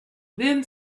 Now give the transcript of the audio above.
then